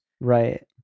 Right